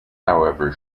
however